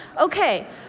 Okay